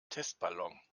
testballon